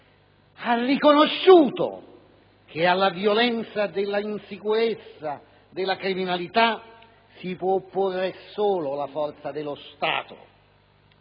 ha riconosciuto che alla violenza e all'insicurezza della criminalità si può opporre solo la forza dello Stato,